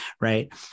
right